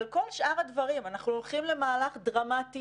אבל כל שאר הדברים: אנחנו הולכים למהלך דרמטי,